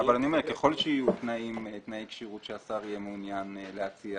אני אומר שככל שיהיו תנאי כשירות שהשר יהיה מעוניין להציע